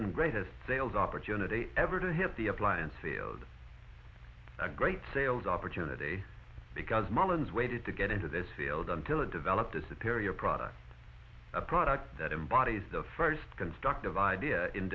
and greatest sales opportunity ever to hit the appliance field a great sales opportunity because mullens waited to get into this field until it developed as a terrier product a product that is body is the first constructive idea in